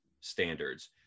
standards